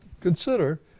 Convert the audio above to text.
consider